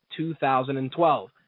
2012